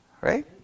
Right